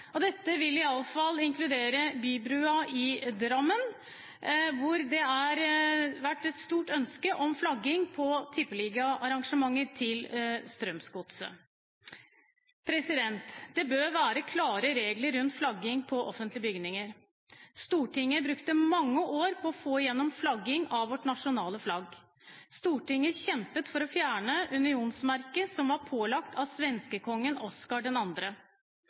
e.l. Dette vil i alle fall inkludere bybroen i Drammen, hvor det har vært et stort ønske om flagging på Strømsgodsets tippeligaarrangementer. Det bør være klare regler rundt flagging fra offentlige bygninger. Stortinget brukte mange år på å få gjennom flagging av vårt nasjonale flagg. Stortinget kjempet for å fjerne unionsmerket som var pålagt av svenskekongen Oscar II. Den